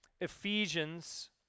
Ephesians